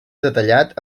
detallat